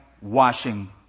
washing